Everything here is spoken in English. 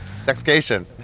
Sexcation